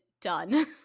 done